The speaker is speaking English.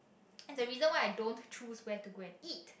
and the reason why I don't choose where to go and eat